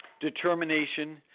determination